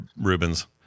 Rubens